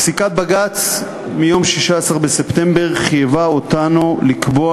פסיקת בג"ץ מיום 16 בספטמבר חייבה אותנו לקבוע,